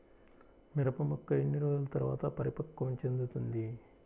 మిరప మొక్క ఎన్ని రోజుల తర్వాత పరిపక్వం చెందుతుంది?